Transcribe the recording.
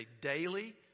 daily